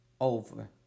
over